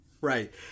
Right